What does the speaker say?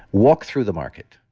walk through the market.